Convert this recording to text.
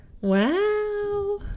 wow